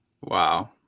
Wow